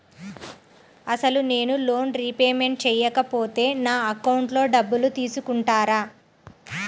అసలు నేనూ loan repayment చేయకపోతే నా అకౌంట్లో డబ్బులు తీసుకుంటారా?